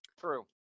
True